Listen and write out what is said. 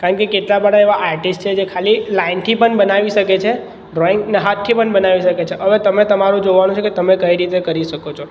કારણ કે કેટલા બધા એવા આર્ટિસ છે જે ખાલી લાઇનથી પણ બનાવી શકે છે ડ્રોઈંગ અને હાથથી પણ બનાવી શકે છે હવે તમે તમારું જોવાનું છે કે તમે કઈ રીતે કરી શકો છો